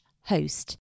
host